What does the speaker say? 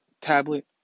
tablet